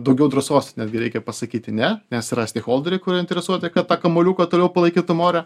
daugiau drąsos netgi reikia pasakyti ne nes yrs sniholderiai kurie interesuoti kad tą kamuoliuką toliau palaikytum ore